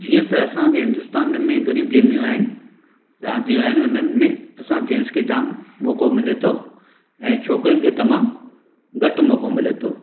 जीअं त असांजे हिन्दुस्तान में घड़ियूं गेमियूं आहिनि रांदियूं आहिनि हुननि में असां जेंट्स खे जाम मौको मिले थो ऐं छोकिरीनि खे तमामु घटि मौको मिले थो